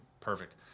perfect